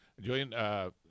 Julian